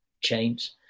chains